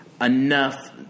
enough